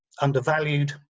undervalued